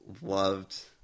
Loved